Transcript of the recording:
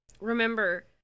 Remember